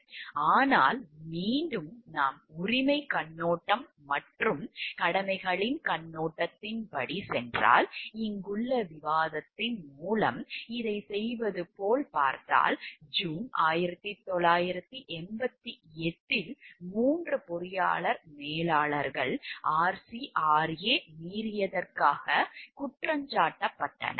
ஆனால் மீண்டும் நாம் உரிமைக் கண்ணோட்டம் மற்றும் கடமைகளின் கண்ணோட்டத்தின்படி சென்றால் இங்குள்ள விவாதத்தின் மூலம் இதைச் செய்வது போல் பார்த்தால் ஜூன் 1988 இல் 3 பொறியாளர் மேலாளர்கள் RCRA மீறியதற்காக குற்றஞ்சாட்டப்பட்டனர்